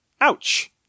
ouch